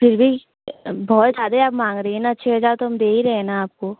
फिर भी बहुत ज़्यादा आप माँग रही हैं ना छः हज़ार तो हम दे ही रहे ना आपको